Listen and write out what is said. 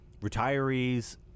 retirees